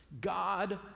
God